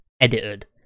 edited